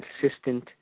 consistent